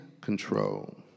control